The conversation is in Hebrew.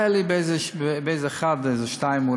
הייתה באחד או אולי בשניים,